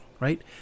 right